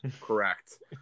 Correct